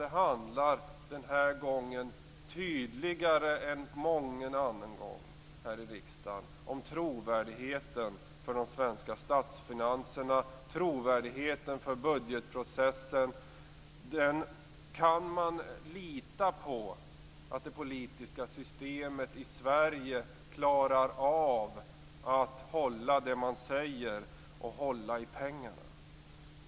Det handlar denna gång tydligare än mången annan gång här i riksdagen om de svenska statsfinansernas trovärdighet och budgetprocessens trovärdighet. Kan man lita på att det politiska systemet i Sverige klarar av att hålla det som utlovas och hålla i pengarna?